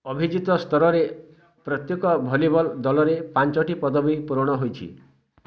ଅଭିଜିତ ସ୍ତରରେ ପ୍ରତ୍ୟେକ ଭଲିବଲ୍ ଦଲରେ ପାଞ୍ଚଟି ପଦବୀ ପୂରଣ ହୋଇଛି